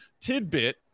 tidbit